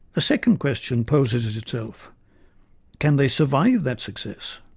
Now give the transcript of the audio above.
a second question poses itself can they survive that success?